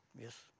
Yes